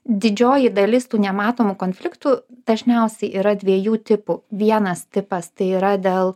didžioji dalis tų nematomų konfliktų dažniausiai yra dviejų tipų vienas tipas tai yra dėl